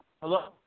Hello